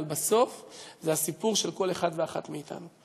אבל בסוף זה הסיפור של כל אחד ואחת מאתנו,